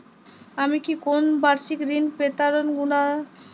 আমি কি কোন বাষিক ঋন পেতরাশুনা?